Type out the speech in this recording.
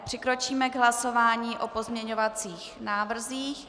Přikročíme k hlasování o pozměňovacích návrzích.